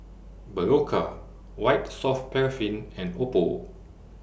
Berocca White Soft Paraffin and Oppo